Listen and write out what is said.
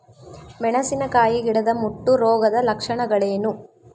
ಮೆಣಸಿನಕಾಯಿ ಗಿಡದ ಮುಟ್ಟು ರೋಗದ ಲಕ್ಷಣಗಳೇನು?